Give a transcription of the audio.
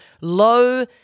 low